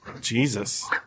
Jesus